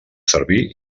servir